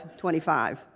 25